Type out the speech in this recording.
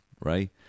right